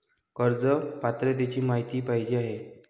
कर्ज पात्रतेची माहिती पाहिजे आहे?